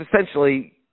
essentially